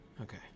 Okay